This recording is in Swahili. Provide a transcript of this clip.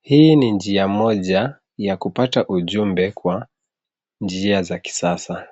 Hii ni njia moja ya kupata ujumbe kwa njia za kisasa.